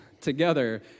together